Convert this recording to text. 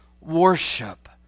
worship